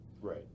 Right